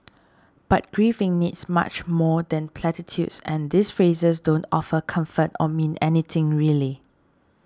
but grieving needs much more than platitudes and these phrases don't offer comfort or mean anything really